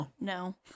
No